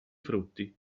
frutti